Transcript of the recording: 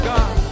God